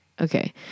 Okay